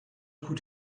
could